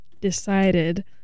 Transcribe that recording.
decided